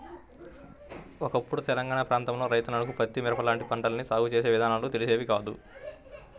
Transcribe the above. ఒకప్పుడు తెలంగాణా ప్రాంతంలోని రైతన్నలకు పత్తి, మిరప లాంటి పంటల్ని సాగు చేసే విధానాలు తెలిసేవి కాదు